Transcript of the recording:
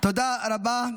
תודה רבה.